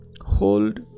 Hold